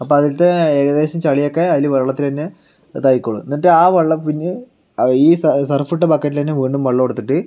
അപ്പോൾ അതിൽത്തെ ഏകദേശം ചെളിയൊക്കെ അതിൽ വെള്ളത്തിൽ തന്നെ ഇതായിക്കോളും എന്നിട്ട് ആ വെള്ളം പിന്നെ ഈ സർഫിട്ട ബക്കറ്റിൽ തന്നെ വീണ്ടും വെള്ളം എടുത്തിട്ട്